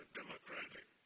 democratic